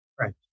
right